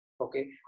Okay